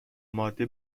ماده